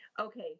okay